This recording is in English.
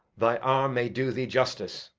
thy arm may do thee justice.